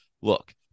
look